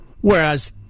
Whereas